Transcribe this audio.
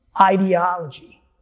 ideology